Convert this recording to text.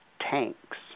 tanks